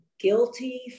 guilty